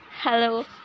Hello